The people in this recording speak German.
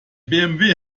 bmw